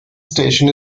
station